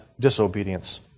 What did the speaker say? disobedience